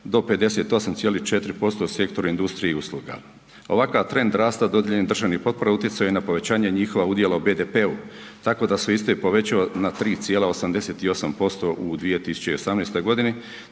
do 58,4% u sektoru industrije i usluga. Ovakav trend rasta dodijeljen državnih potpora utjecao je na povećanje njihova udjela u BDP-u tako da se iste povećane na 3,88% u 2018. godini